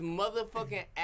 motherfucking